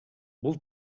бул